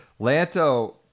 Lanto